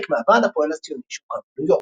מהוועד הפועל הציוני שהוקם בניו-יורק.